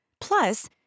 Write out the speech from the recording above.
Plus